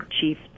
chief